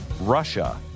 Russia